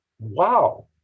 Wow